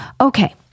okay